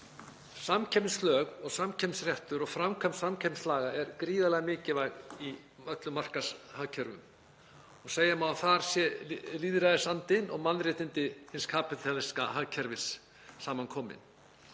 Samkeppnislög og samkeppnisréttur og framkvæmd samkeppnislaga eru gríðarlega mikilvæg í öllum markaðshagkerfum og segja má að þar séu lýðræðisandinn og mannréttindi hins kapítalíska hagkerfis samankomin.